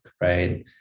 Right